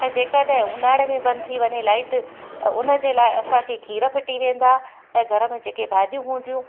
ऐं जेकर ऊन्हारे में बंदि थी वञे लाइट त उन जे लाइ असांखे खीर फिटी वेंदा ऐं घर में जेके भाॼियूं हूंदियूं